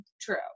True